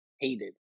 hated